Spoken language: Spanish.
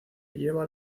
lleva